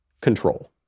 Control